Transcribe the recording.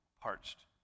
parched